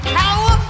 power